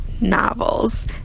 novels